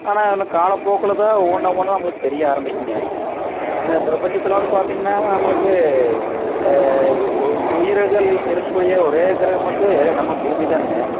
ஆனால் இன்னும் கால போக்குல தான் ஒவ்வொன்னாக ஒன்றுனா நம்பளுக்கு தெரிய ஆரம்பிக்குங்க இந்த பிரபஞ்சத்தில் வந்து பார்த்திங்கனா நம்மளுக்கு உ உயிருகள் இருக்கூடிய ஒரே கிரகம் வந்து நம்ம பூமி தானுங்க